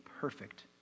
perfect